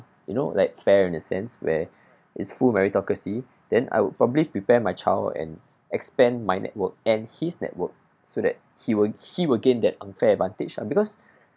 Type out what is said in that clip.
you know like fair in the sense where it's full meritocracy then I would probably prepare my child and expand my network and his network so that he would he will gain that unfair advantage lah because